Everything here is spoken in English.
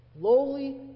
lowly